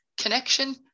connection